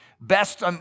best